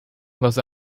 los